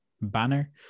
banner